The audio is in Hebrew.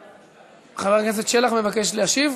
חבר הכנסת שלח מבקש להשיב,